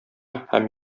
һәм